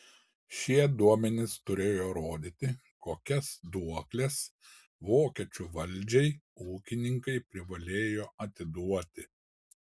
šitie duomenys turėjo rodyti kokias duokles vokiečių valdžiai ūkininkai privalėjo atiduoti